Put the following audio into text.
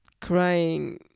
crying